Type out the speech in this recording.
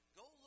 go